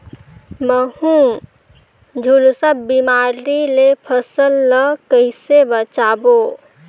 महू, झुलसा बिमारी ले फसल ल कइसे बचाबो?